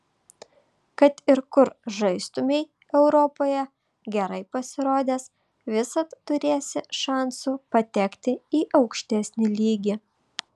kad ir kur žaistumei europoje gerai pasirodęs visad turėsi šansų patekti į aukštesnį lygį